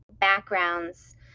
backgrounds